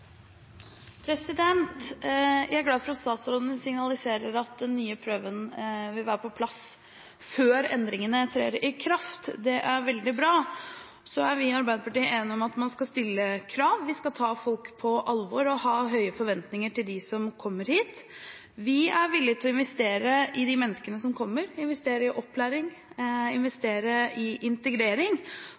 at statsråden signaliserer at den nye prøven vil være på plass før endringene trer i kraft. Det er veldig bra. Så er vi i Arbeiderpartiet enige om at man skal stille krav, vi skal ta folk på alvor og ha høye forventninger til dem som kommer hit. Vi er villig til å investere i de menneskene som kommer, investere i opplæring, investere i integrering,